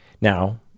now